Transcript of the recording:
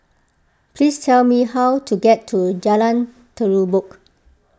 please tell me how to get to Jalan Terubok